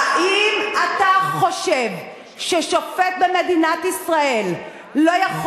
האם אתה חושב ששופט במדינת ישראל לא יכול